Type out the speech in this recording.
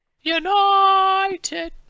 United